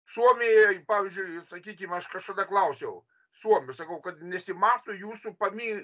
suomijoj pavyzdžiui sakykim aš kažkada klausiau suomių sakau kad nesimato jūsų pami